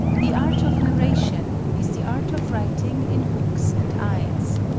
the art of narration is the art of writing in hooks and eyes.